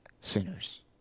sinners